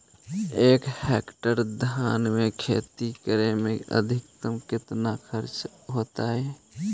एक हेक्टेयर धान के खेती करे में अधिकतम केतना खर्चा होतइ?